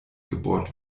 gebohrt